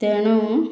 ତେଣୁ